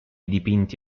dipinti